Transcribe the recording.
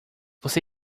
você